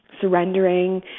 surrendering